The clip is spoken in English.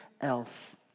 else